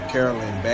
Carolyn